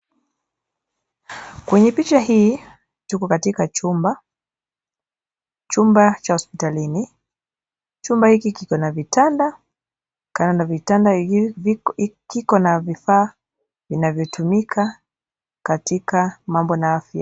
Kwenye picha hii, tuko katika chumba, chumba cha hospitalini. Chumba hiki kiko na vitanda. Kando na vitanda hivi kiko na vifaa vinavyotumika katika mambo ya afya.